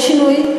יש שינוי?